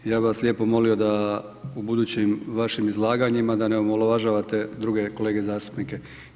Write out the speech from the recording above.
Ja bih vas lijepo molio da u budućim vašim izlaganjima ne omalovažavate druge kolege zastupnike.